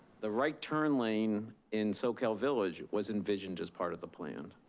the right turn lane in soquel village was envisioned as part of the plan.